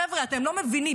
חבר'ה, אתם לא מבינים.